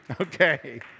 Okay